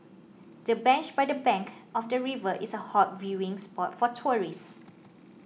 the bench by the bank of the river is a hot viewing spot for tourists